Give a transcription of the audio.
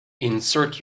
insert